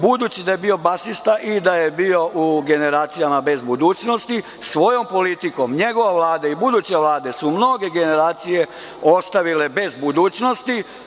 Budući da je bio basista i da je bio u „Generacijama bez budućnosti“, svojom politikom, njegova Vlada, buduće vlade su mnoge generacije ostavile bez budućnosti.